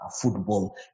football